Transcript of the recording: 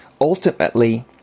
ultimately